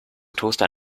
toaster